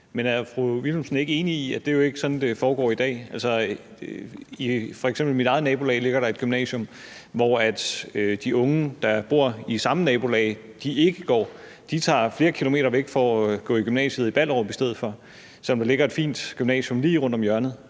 at det jo ikke er sådan, det foregår i dag? I mit eget nabolag ligger der f.eks. et gymnasium, hvor de unge, der bor i samme nabolag, ikke går. De tager flere kilometer væk for at gå i gymnasiet i Ballerup i stedet for, selv om der ligger et fint gymnasium lige rundt om hjørnet.